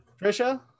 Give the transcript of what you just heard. trisha